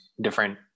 different